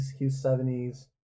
Q70s